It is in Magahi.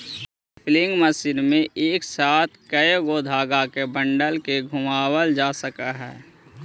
स्पीनिंग मशीन में एक साथ कएगो धाग के बंडल के घुमावाल जा सकऽ हई